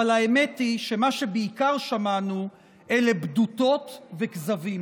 אבל האמת היא שמה שבעיקר שמענו אלה בדותות וכזבים,